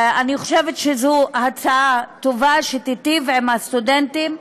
אני חושבת שזו הצעה טובה שתיטיב עם הסטודנטים.